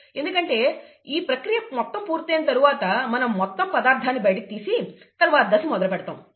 ఎందుకంటే ఈ ప్రక్రియ మొత్తం పూర్తయిన తరువాత మన మొత్తం పదార్థాన్ని బయటకు తీసి తరువాత దశ మొదలు పెడతాము